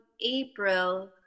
April